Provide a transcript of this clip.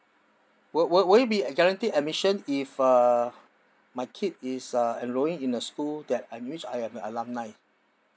will will it be a guaranteed admission if uh my kid is uh enrolling in a school that I'm which I'm a alumni